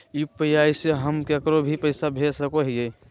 UPI से हम केकरो भी पैसा भेज सको हियै?